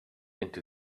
into